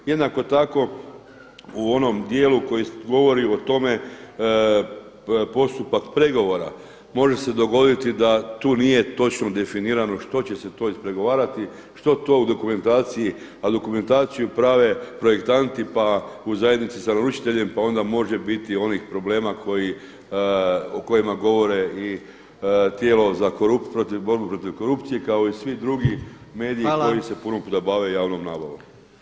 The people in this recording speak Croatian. Jednako tako u onom djelu koji govori o tome postupak pregovora može se dogoditi da tu nije točno definirano što će se to ispregovarati, što to u dokumentaciji a dokumentaciju prave projektanti pa u zajednici sa naručiteljem pa onda može biti onih problema o kojima govore i tijela za borbu protiv korupcije kao i svi drugi mediji koji se puno puta bave javnom nabavom.